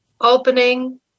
opening